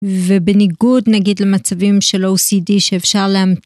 ובניגוד נגיד למצבים של OCD שאפשר להמתיע.